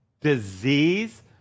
disease